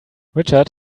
richard